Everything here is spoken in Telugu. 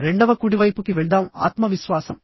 రెండవ కుడివైపుకి వెళ్దాం ఆత్మవిశ్వాసం